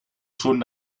schon